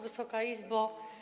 Wysoka Izbo!